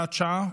הוראת שעה,